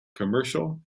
commercial